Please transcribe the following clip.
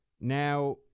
Now